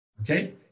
Okay